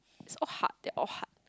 so hard that's all hard